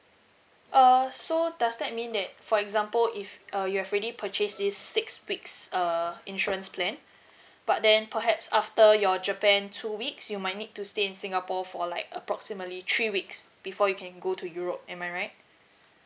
err so does that mean that for example if uh you have ready purchase this six weeks err insurance plan but then perhaps after your japan two weeks you might need to stay in singapore for like approximately three weeks before you can go to europe am I right